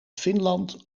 finland